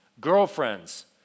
girlfriends